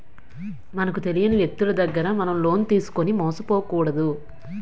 మనకు తెలియని వ్యక్తులు దగ్గర మనం లోన్ తీసుకుని మోసపోకూడదు